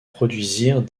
produisirent